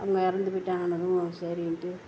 அவங்க இறந்து போயிவிட்டாங்கன்னதும் சரின்ட்டு